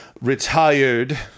retired